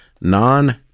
non